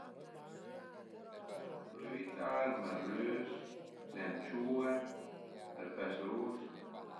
La trüita, ël merlüs, le anciue, ël pes rus